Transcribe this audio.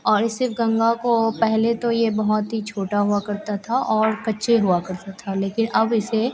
और शिव गंगा को पहले तो यह बहुत ही छोटा हुआ करता था और कच्चा हुआ करता था लेकिन अब इसे